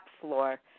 floor